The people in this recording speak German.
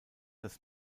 das